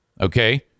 Okay